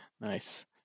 Nice